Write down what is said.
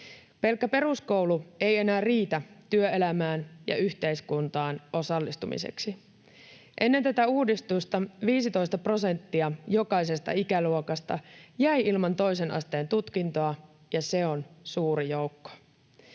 Pelkkä peruskoulu ei enää riitä työelämään ja yhteiskuntaan osallistumiseksi. Ennen tätä uudistusta 15 prosenttia jokaisesta ikäluokasta jäi ilman toisen asteen tutkintoa, ja se on suuri joukko.